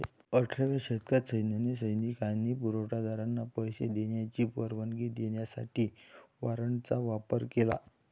अठराव्या शतकात सैन्याने सैनिक आणि पुरवठा दारांना पैसे देण्याची परवानगी देण्यासाठी वॉरंटचा वापर केला